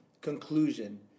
conclusion